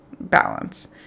balance